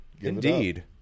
Indeed